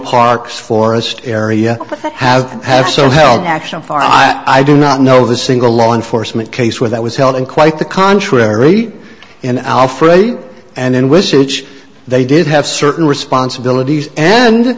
parks forest area have had some held action for i do not know the single law enforcement case where that was held and quite the contrary and alfredo and whiskey which they did have certain responsibilities and